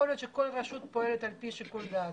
יכול להיות שכל רשות פועלת על פי שיקול דעתה.